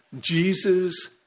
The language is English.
Jesus